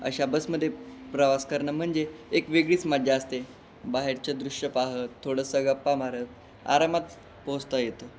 अशा बसमध्ये प्रवास करणं म्हणजे एक वेगळीच मज्जा असते बाहेरचे दृश्य पाहत थोडंसं गप्पा मारत आरामात पोहोचता येतं